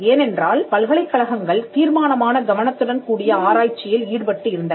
ஏனென்றால் பல்கலைக்கழகங்கள்தீர்மானமான கவனத்துடன் கூடிய ஆராய்ச்சியில் ஈடுபட்டு இருந்தன